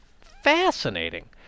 fascinating